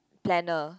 planner